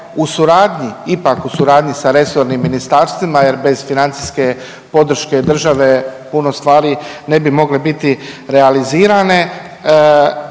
u suradnji, ipak u suradnji sa resornim ministarstvima, jer bez financijske podrške države puno stvari ne bi mogle biti realizirane.